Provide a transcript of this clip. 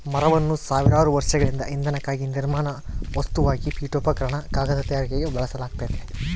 ಮರವನ್ನು ಸಾವಿರಾರು ವರ್ಷಗಳಿಂದ ಇಂಧನಕ್ಕಾಗಿ ನಿರ್ಮಾಣ ವಸ್ತುವಾಗಿ ಪೀಠೋಪಕರಣ ಕಾಗದ ತಯಾರಿಕೆಗೆ ಬಳಸಲಾಗ್ತತೆ